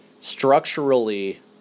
structurally